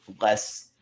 less –